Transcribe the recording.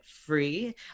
Free